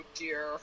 dear